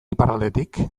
iparraldetik